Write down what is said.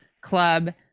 club